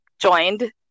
joined